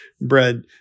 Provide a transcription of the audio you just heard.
bread